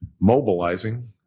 mobilizing